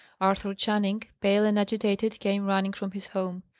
arthur channing, pale and agitated, came running from his home.